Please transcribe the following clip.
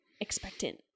expectant